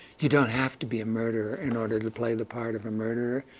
you don't have to be a murderer in order to play the part of a murderer.